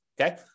Okay